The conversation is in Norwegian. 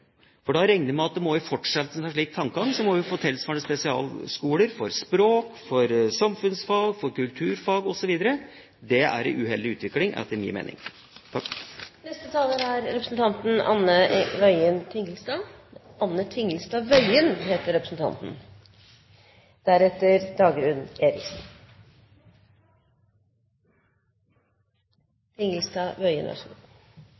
Da regner jeg med at en i fortsettelsen av en slik tankegang må få tilsvarende spesialskoler for språk, for samfunnsfag, for kulturfag osv. Det er en uheldig utvikling,